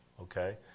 okay